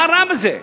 מה רע בזה?